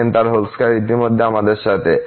2 ইতিমধ্যে আমাদের সাথে